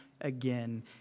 again